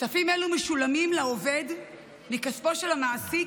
כספים אלו משולמים לעובד מכספו של המעסיק,